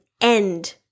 end